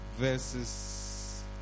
Verses